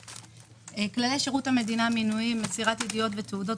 כללי שירות המדינה (מינויים)(מסירת ידיעות ותעודות